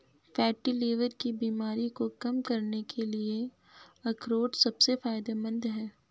fatty liver की बीमारी को कम करने के लिए अखरोट सबसे फायदेमंद है